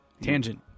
Tangent